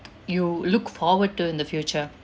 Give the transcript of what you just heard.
you look forward to in the future